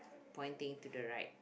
pointing to the right